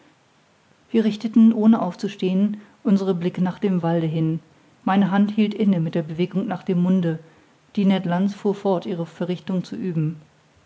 wir richteten ohne aufzustehen unsere blicke nach dem walde hin meine hand hielt inne mit der bewegung nach dem munde die ned lands fuhr fort ihre verrichtung zu üben